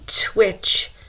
Twitch